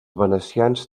venecians